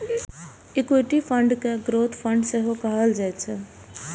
equity fund कें growth fund सेहो कहल जाइ छै